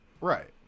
Right